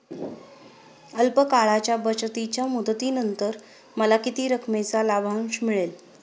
अल्प काळाच्या बचतीच्या मुदतीनंतर मला किती रकमेचा लाभांश मिळेल?